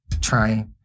trying